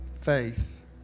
faith